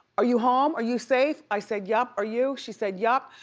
are you home? are you safe? i said yup, are you? she said yup,